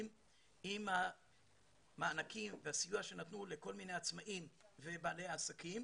עם המענקים והסיוע שנתנו לכל מיני עצמאים ובעלי עסקים.